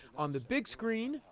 um the big screen.